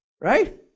Right